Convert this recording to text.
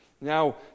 now